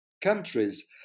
countries